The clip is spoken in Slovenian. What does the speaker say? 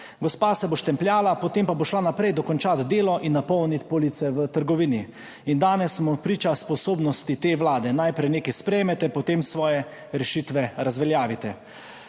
Gospa se bo štempljala, potem pa bo šla naprej, dokončati delo in napolniti police v trgovini in danes smo priča sposobnosti te Vlade, najprej nekaj sprejmete, potem svoje rešitve razveljavite.